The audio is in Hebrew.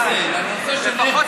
אני מדבר על הרצל, על הנושא של הרצל.